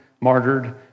martyred